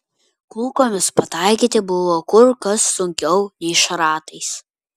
kulkomis pataikyti buvo kur kas sunkiau nei šratais